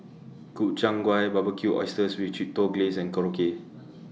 Gobchang Gui Barbecued Oysters with Chipotle Glaze and Korokke